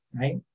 right